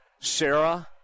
Sarah